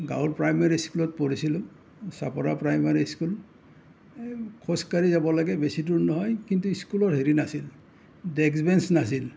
গাঁৱৰ প্ৰাইমেৰী স্কুলত পঢ়িছিলোঁ চাপৰা প্ৰাইমেৰী স্কুল খোজকাঢ়ি যাব লাগে বেছি দূৰ নহয় কিন্তু স্কুলৰ হেৰি নাছিল ডেক্স বেঞ্চ নাছিল